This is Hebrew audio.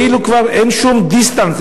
כאילו כבר אין שום דיסטנס,